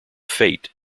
fate